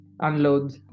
unload